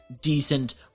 decent